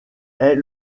est